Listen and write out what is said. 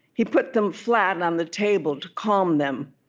he put them flat on um the table, to calm them.